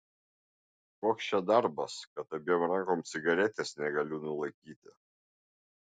koks čia darbas kad abiem rankom cigaretės negaliu nulaikyti